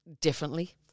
Differently